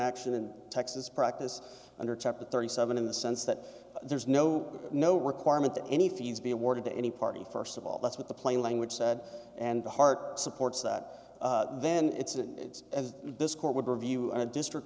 action in texas practice under chapter thirty seven in the sense that there's no no requirement that any fees be awarded to any party st of all that's what the plain language said and the heart supports that then it's and as this court would review in a district